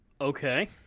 Okay